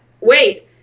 Wait